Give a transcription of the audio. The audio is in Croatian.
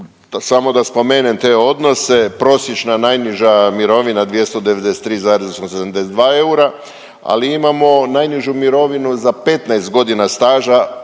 samo da spomenem te odnose, prosječna najniža mirovina 293,82 eura, ali imamo najnižu mirovinu za 15 godina staža,